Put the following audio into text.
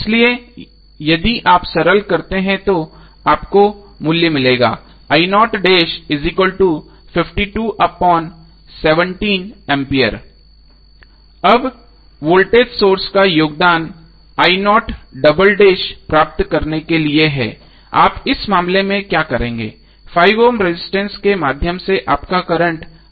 इसलिए यदि आप सरल करते हैं तो आपको मूल्य मिलेगा अब वोल्टेज सोर्स का योगदान प्राप्त करने के लिए है आप इस मामले में क्या करेंगे 5 ओम रेजिस्टेंस के माध्यम से आपका करंट है